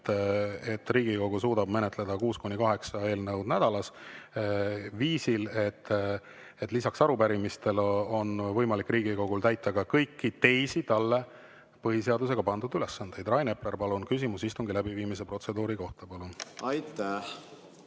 et Riigikogu suudab menetleda kuus kuni kaheksa eelnõu nädalas viisil, et lisaks arupärimistele on võimalik Riigikogul täita ka kõiki teisi talle põhiseadusega pandud ülesandeid. Rain Epler, küsimus istungi läbiviimise protseduuri kohta, palun! Aitäh!